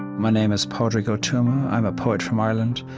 my name is padraig o tuama. i'm a poet from ireland,